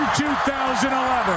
2011